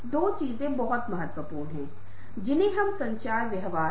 इसलिए मैं जल्दी से उन्हें आपसे मिलाना चाहूंगी